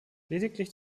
lediglich